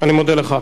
אני מודה לך.